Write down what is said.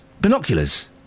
binoculars